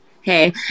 hey